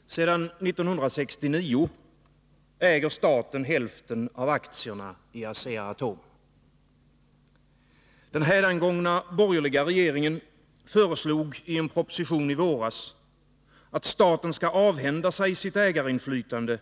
Fru talman! Sedan 1969 äger staten hälften av aktierna i Asea-Atom. Den hädangångna borgerliga regeringen föreslog i en proposition i våras att staten skall avhända sig sitt ägarinflytande